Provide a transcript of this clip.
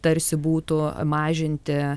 tarsi būtų mažinti